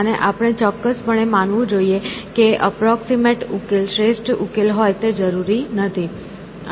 અને આપણે ચોક્કસપણે માનવું જોઈએ કે અપ્રોક્સિમેટ ઉકેલ શ્રેષ્ઠ ઉકેલ હોય તે જરૂરી નથી